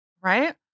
Right